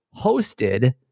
hosted